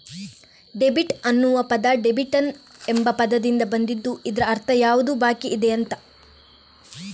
debit ಅನ್ನುವ ಪದ ಡೆಬಿಟಮ್ ಎಂಬ ಪದದಿಂದ ಬಂದಿದ್ದು ಇದ್ರ ಅರ್ಥ ಯಾವುದು ಬಾಕಿಯಿದೆ ಅಂತ